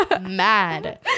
mad